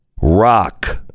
rock